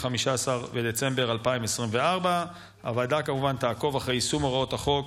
15 בדצמבר 2024. הוועדה כמובן תעקוב אחרי יישום הוראות החוק